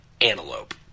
antelope